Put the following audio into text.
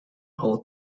whole